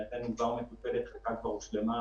ובמסגרת הקרן הזו הקצינו 8 מיליארד שקלים לטובת העניין הזה.